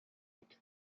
dut